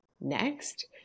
next